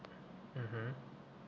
mmhmm